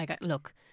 look